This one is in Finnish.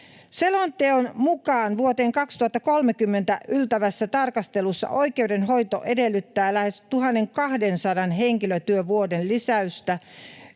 Selonteon mukaan vuoteen 2030 yltävässä tarkastelussa oikeudenhoito edellyttää lähes 1200 henkilötyövuoden lisäystä,